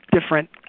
different